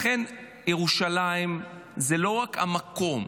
ירושלים זה לא רק המקום,